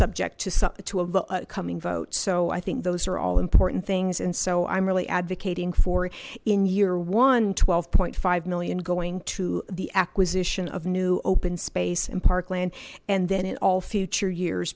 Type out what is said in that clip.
subject to some two of them coming vote so i think those are all important things and so i'm really advocating for in year one twelve point five million going to the acquisition of new open space in parkland and then all future years